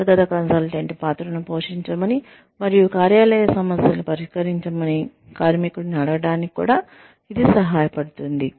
అంతర్గత కన్సల్టెంట్ పాత్రను పోషించమని మరియు కార్యాలయ సమస్యలను పరిష్కరించమని కార్మికుడిని అడగడానికి కూడా ఇది సహాయపడుతుంది